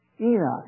Enoch